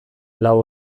lau